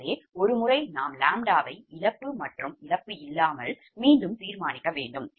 எனவே ஒரு முறை நாம் ʎவை இழப்பு மற்றும் இழப்பு இல்லாமல் மீண்டும் தீர்மானிக்க வேண்டும்